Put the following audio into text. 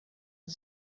and